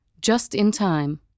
Just-in-time